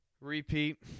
Repeat